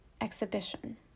exhibition